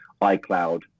iCloud